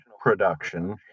production